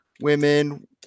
women